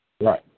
Right